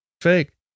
Fake